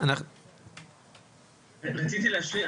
רציתי להשלים.